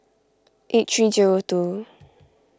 eight three zero two